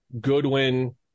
Goodwin